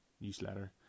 newsletter